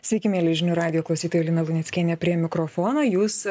sveiki mieli žinių radijo klausytojai lina luneckienė prie mikrofono jūs